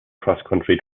crosscountry